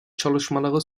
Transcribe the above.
çalışmaları